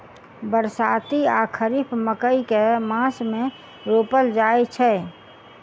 बरसाती वा खरीफ मकई केँ मास मे रोपल जाय छैय?